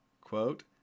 Quote